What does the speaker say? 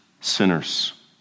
sinners